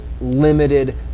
limited